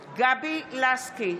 לסקי,